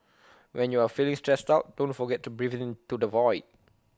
when you are feeling stressed out don't forget to breathe into the void